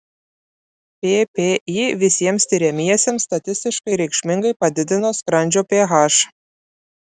ppi visiems tiriamiesiems statistiškai reikšmingai padidino skrandžio ph